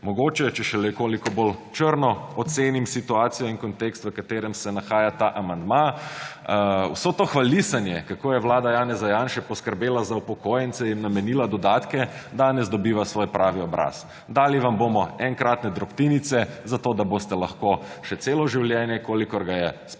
Mogoče, če še nekoliko bolj črno ocenim situacijo in kontekst, v katerem se nahaja ta amandma, vse to hvalisanje, kako je vlada Janeza Janše poskrbela za upokojence, jim namenila dodatke, danes dobiva svoj pravi obraz. Dali vam bomo enkratne drobtinice zato, da boste lahko še celo življenje, kolikor ga je sploh